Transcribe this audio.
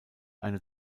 eine